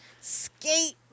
skate